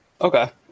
Okay